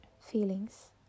feelings